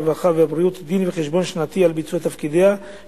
הרווחה והבריאות דין-וחשבון שנתי על ביצוע תפקידיה,